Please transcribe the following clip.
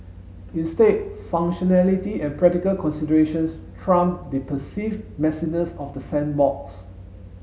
instead functionality and practical considerations trump the perceived messiness of the sandbox